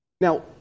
Now